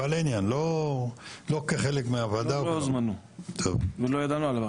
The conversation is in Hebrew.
כמו שראש המועצה יודע,